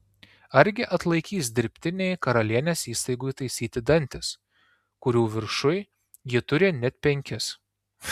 argi atlaikys dirbtiniai karalienės įstaigų įtaisyti dantys kurių viršuj ji turi net penkis